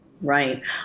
Right